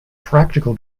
practical